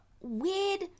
weird